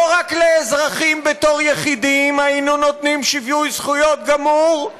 לא רק לאזרחים בתור יחידים היינו נותנים שיווי זכויות גמור,